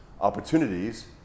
opportunities